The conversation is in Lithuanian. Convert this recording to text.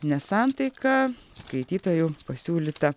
nesantaiką skaitytojų pasiūlyta